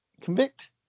Convict